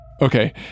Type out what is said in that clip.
Okay